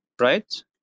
right